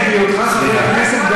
בהיותך חבר הכנסת,